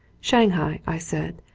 shanghai, i said,